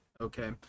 okay